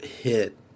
hit